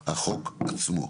תשובה.